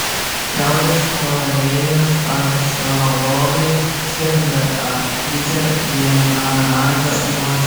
šiaurės korėjos archeologai skelbia aptikę vienaragio guolį